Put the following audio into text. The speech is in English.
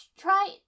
Try